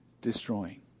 destroying